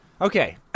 Okay